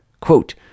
Quote